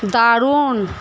দারুন